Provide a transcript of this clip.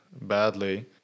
badly